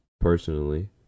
Personally